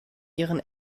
ihren